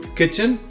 kitchen